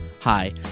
Hi